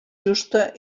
justa